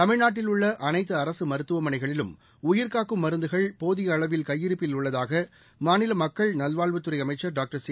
தமிழ்நாட்டில் உள்ள அனைத்து அரசு மருத்துவமனைகளிலும் உயிர்காக்கும் மருந்துகள் போதிய அளவில் கையிருப்பில் உள்ளதாக மாநில மக்கள் நல்வாழ்வுத் துறை அமைச்சர் டாக்டர் சி